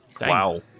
Wow